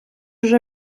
уже